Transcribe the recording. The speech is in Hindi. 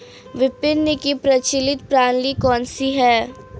विपणन की प्रचलित प्रणाली कौनसी है?